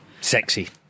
Sexy